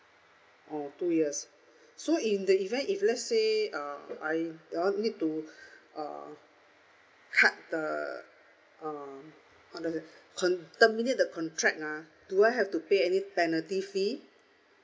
oh two years so in the event if let's say um I need to uh cut the um how do I say con~ terminate the contract ah do I have to pay any penalty fee